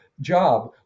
job